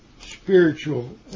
spiritual